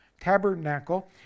tabernacle